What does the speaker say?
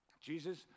Jesus